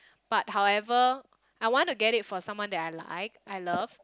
but however I wanna get it for someone that I like I love